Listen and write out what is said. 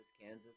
Kansas